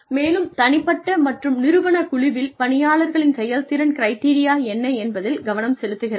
மேலும் தனிப்பட்ட மற்றும் நிறுவன குழுவில் பணியாளர்களின் செயல்திறன் கிரிட்டெரியா என்ன என்பதில் கவனம் செலுத்துகிறது